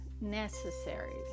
necessary